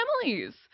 families